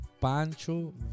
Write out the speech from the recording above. Pancho